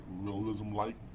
realism-like